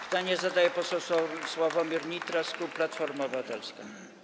Pytanie zadaje poseł Sławomir Nitras, klub Platforma Obywatelska.